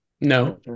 No